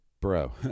Bro